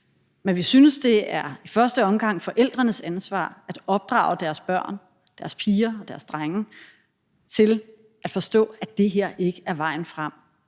men vi synes, det i første omgang er forældrenes ansvar at opdrage deres børn, deres piger og deres drenge, til at forstå, at det her ikke er vejen frem.